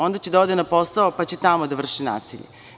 Onda će da ode na posao, pa će i tamo da vrši nasilje.